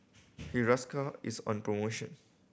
Hiruscar is on promotion